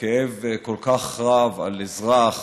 והכאב כל כך רב על אזרח,